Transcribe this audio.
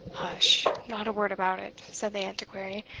hush! not a word about it, said the antiquary.